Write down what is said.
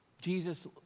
Jesus